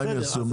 מה הם יעשו?